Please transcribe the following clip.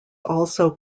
also